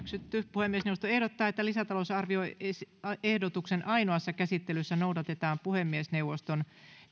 puhemiesneuvosto ehdottaa että lisätalousarvioehdotuksen ainoassa käsittelyssä noudatetaan puhemiesneuvoston